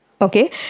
okay